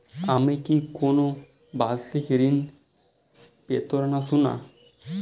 আমি কি কোন বাষিক ঋন পেতরাশুনা?